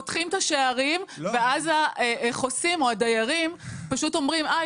פותחים את השערים ואז החוסים או הדיירים פשוט אומרים 'אה,